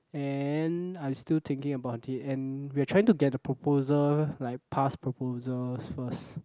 and I still thinking about it and we're trying to get the proposal like past proposals first